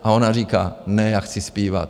A ona říká: Ne, já chci zpívat.